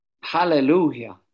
Hallelujah